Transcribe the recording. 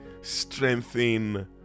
strengthen